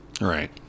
Right